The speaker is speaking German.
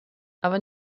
aber